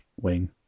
wing